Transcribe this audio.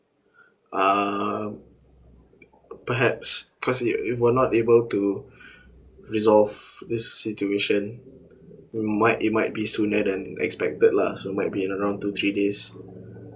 uh perhaps because if if we're not able to resolve this situation we might it might be sooner than expected lah so might be in around two three days